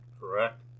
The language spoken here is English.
correct